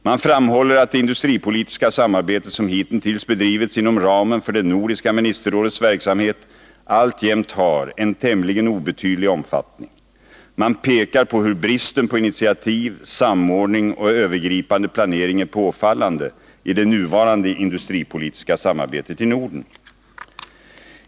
Man framhåller att det industripolitiska samarbetet som hitintills bedrivits inom ramen för det nordiska ministerrådets verksamhet alltjämt har en tämligen obetydlig omfattning. Man pekar på hur bristen på initiativ, samordning och övergripande planering är påfallande i det nuvarande industripolitiska samarbetet i Norden.